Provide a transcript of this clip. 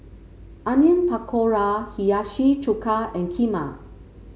Onion Pakora Hiyashi Chuka and Kheema